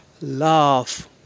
love